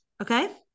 Okay